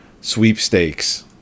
sweepstakes